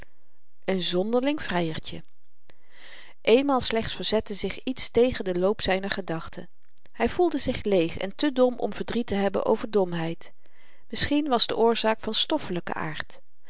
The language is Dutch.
n zonderling vryertje eénmaal slechts verzette zich iets tegen den loop zyner gedachten hy voelde zich leeg en te dom om verdriet te hebben over domheid misschien was de oorzaak van stoffelyken aard